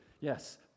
yes